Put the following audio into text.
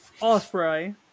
Osprey